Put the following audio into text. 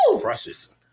Precious